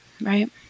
right